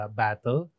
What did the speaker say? battle